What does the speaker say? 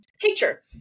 picture